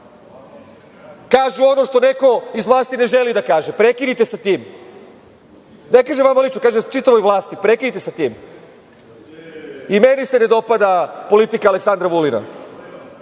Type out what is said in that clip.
kažu ono što neko iz vlasti ne želi da kaže. Prekinite sa tim, ne kažem vama lično, prekinite sa tim. I meni se ne dopada politika Aleksandra Vulina,